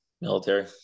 Military